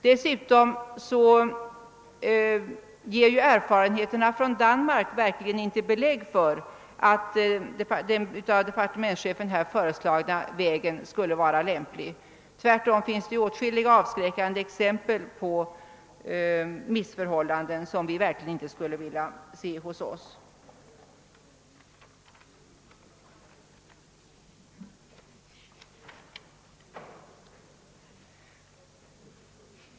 Dessutom ger erfarenheterna från Danmark inte alls belägg för att den av departementschefen föreslagna vägen skulle vara lämplig. Tvärtom finns det i själva verket avskräckande exempel på missförhållanden som vi verkligen inte skulle vilja se hos oss.